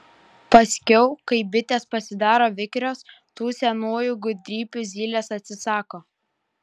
paskiau kai bitės pasidaro vikrios tų senųjų gudrybių zylės atsisako